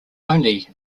only